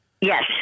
yes